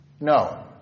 No